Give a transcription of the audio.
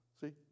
See